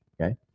okay